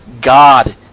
God